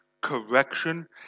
correction